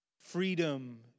Freedom